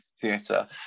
theatre